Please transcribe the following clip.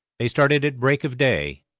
they started at break of day,